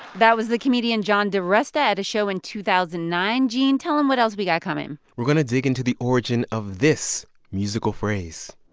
that was the comedian john diresta at a show in two thousand and nine. gene, tell them what else we got coming we're going to dig into the origin of this musical phrase